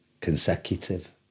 consecutive